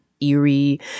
eerie